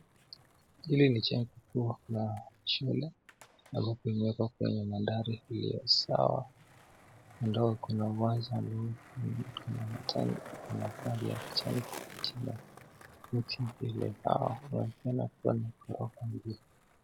Ile ni jengo la shule ambayo imewekwa kwenye mandhari iliyo sawa. Ingawa kuna rangi ya kijani ingine kwenye mbao.